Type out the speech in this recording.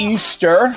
Easter